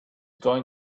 going